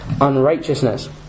unrighteousness